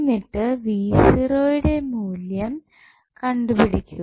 എന്നിട്ട് യുടെ മൂല്യം കണ്ടുപിടിക്കുക